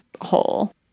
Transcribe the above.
hole